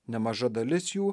nemaža dalis jų